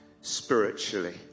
spiritually